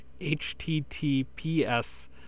https